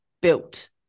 built